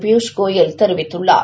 பியூஷ்கோயல் தெரிவித்துள்ளார்